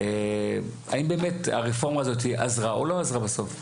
האם באמת הרפורמה הזאת עזרה או לא עזרה בסוף?